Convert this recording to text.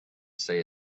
say